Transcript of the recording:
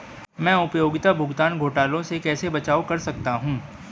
मैं उपयोगिता भुगतान घोटालों से कैसे बचाव कर सकता हूँ?